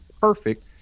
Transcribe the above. perfect